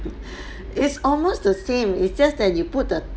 it's almost the same it's just that you put the